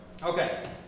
Okay